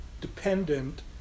dependent